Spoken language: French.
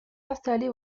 installés